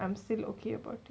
I'm still okay about it